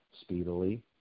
speedily